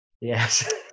Yes